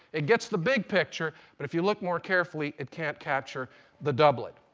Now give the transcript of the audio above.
it gets the big picture, but if you look more carefully it can't capture the doublet.